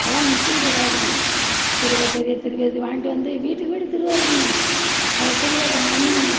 அப்போல்லாம் மிஸின் கிடையாதுங்க திருவை பெரிய திருவையை இது வாங்கிட்டு வந்து வீட்டுக்கு வீடு திருவை இருக்குதுங்க அதை திருவையில் மண்ணு